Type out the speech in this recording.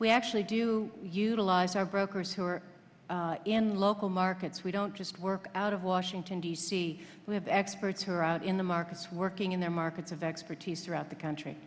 we actually do utilize our brokers who are in local markets we don't just work out of washington d c we have experts who are out in the markets working in their markets of expertise throughout the country